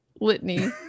litany